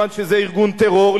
כיוון שזה ארגון טרור,